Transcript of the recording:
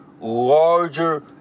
larger